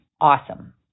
awesome